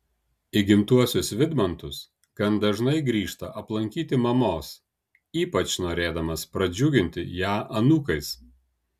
į gimtuosius vydmantus gan dažnai grįžta aplankyti mamos ypač norėdamas pradžiuginti ją anūkais